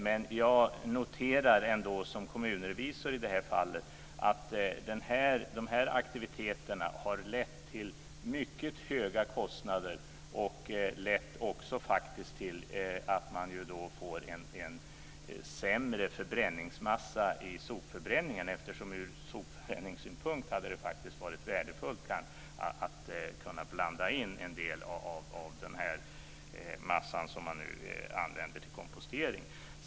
Men jag noterar ändå som kommunrevisor i det här fallet att de här aktiviteterna har lett till mycket höga kostnader och också faktiskt till att man får en sämre förbränningsmassa i sopförbränningen. Ur sopförbränningssynpunkt hade det faktiskt varit värdefullt att kunna blanda in en del av den massa som man nu använder till kompostering.